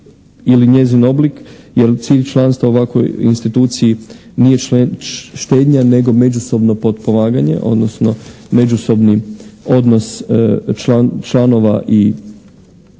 ili njezin oblik jer cilj članstva u ovakvoj instituciji nije štednja nego međusobno potpomaganje odnosno međusobni odnos članova. Depoziti